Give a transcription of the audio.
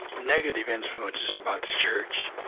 negative influences about the church,